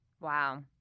Wow